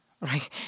right